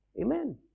Amen